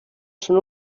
són